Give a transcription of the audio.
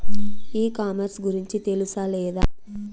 ఈ కామర్స్ గురించి తెలుసా లేదా?